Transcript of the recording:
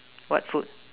what food